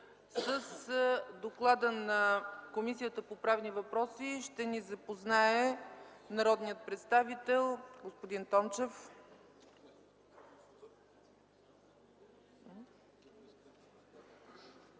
С доклада на Комисията по правни въпроси ще ни запознае народният представител господин Тончев.